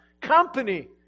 company